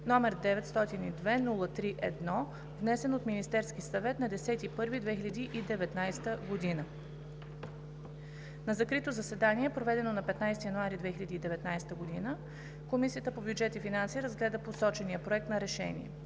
№ 902-03-1, внесен от Министерския съвет на 10 януари 2019 г. На закрито заседание, проведено на 15 януари 2019 г., Комисията по бюджет и финанси разгледа посочения проект на решение.